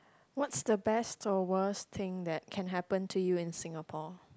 what's the best or worst thing that can happen to you in Singapore